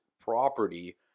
property